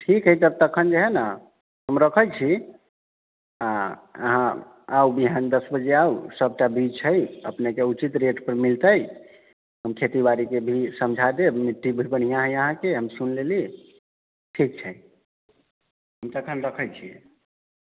ठीक अछि तखन जे है ने हम रखै छी हँ अहाँ आउ विहान दस बजे आउ सभटा बीज छै अपनेके उचित रेटपर मिलतै हम खेतीबाड़ीके भी समझा देब मिट्टी भी बढ़िआँ अछि अहाँके हम सुनि लेलीह ठीक छै तखन रखै छी